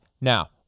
Now